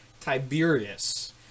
Tiberius